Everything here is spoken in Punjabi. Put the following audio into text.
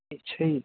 ਅੱਛਾ ਜੀ